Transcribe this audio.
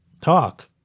talk